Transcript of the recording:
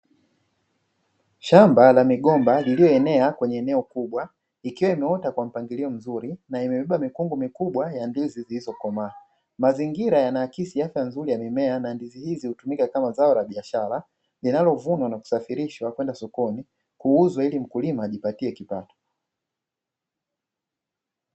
Shamba la migomba iliyoenea kwenye eneo kubwa ikiwa imeota kwa mpangilio mzuri na imebeba mikungu mikubwa ya ndizi zilizokomaa. Mazingira yanaakisi afya nzuri ya mimea na ndizi hizi hutumika kama zao la biashara linalovunwa na kusafirishwa kwenda sokoni kuuzwa ili mkulima ajipatie kipato.